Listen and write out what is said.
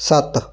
ਸੱਤ